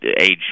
age